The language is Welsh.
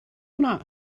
hwnna